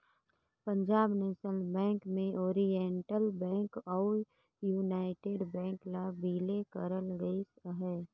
Punjab National Bank में Oriental Bank अउ United Bank ल बिले करल गइस अहे